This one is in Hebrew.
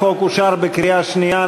החוק אושר בקריאה השנייה.